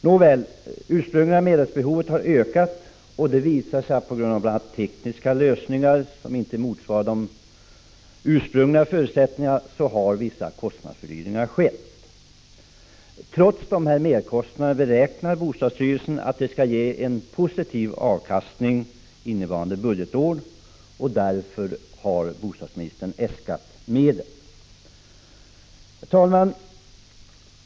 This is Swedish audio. Nåväl, det ursprungliga medelsbehovet har ökat och det har visat sig att, bl.a. på grund av tekniska lösningar som inte motsvarat de ursprungliga förväntningarna, vissa fördyringar har skett. Trots dessa merkostnader räknar bostadsstyrelsen med en positiv avkastning innevarande budgetår, och därför har bostadsministern äskat medel. Herr talman!